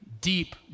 deep